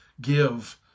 give